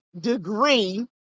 degree